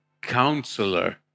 Counselor